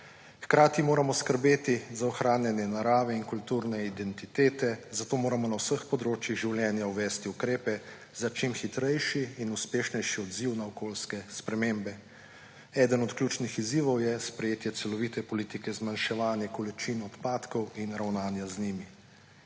Hkrati moramo skrbeti za ohranjanje narave in kulturne identitete, zato moramo na vseh področjih življenja uvesti ukrepe za čim hitrejši in uspešnejši odziv na okoljske spremembe. Eden od ključnih izzivov je sprejetje celovite politike zmanjševanja količin odpadov in ravnanja z njimi.«